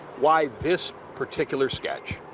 why this particular sketch?